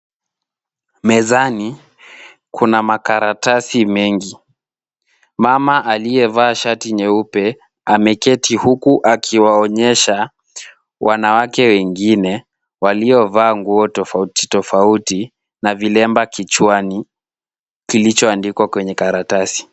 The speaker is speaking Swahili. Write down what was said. Mezani kuna makaratasi mengi. Mama aliyevaa shati nyeupe ameketi huku akiwaonyesha wanawake wengine, waliovaa nguo tofauti tofauti na vilemba kichwani, kilichoandikwa kwenye karatasi.